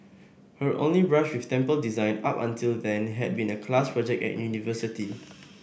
her only brush with temple design up until then had been a class project at university